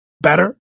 better